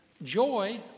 joy